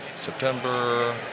September